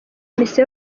misa